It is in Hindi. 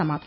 समाप्त